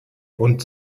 und